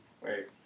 Wait